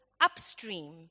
upstream